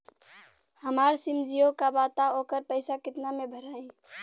हमार सिम जीओ का बा त ओकर पैसा कितना मे भराई?